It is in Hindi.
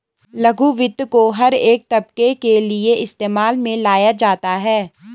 लघु वित्त को हर एक तबके के लिये इस्तेमाल में लाया जाता है